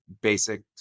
basic